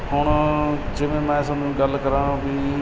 ਹੁਣ ਜਿਵੇਂ ਮੈਂ ਤੁਹਾਨੂੰ ਗੱਲ ਕਰਾਂ ਵੀ